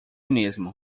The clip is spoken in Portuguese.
mesmo